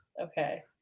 Okay